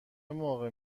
موقع